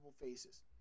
faces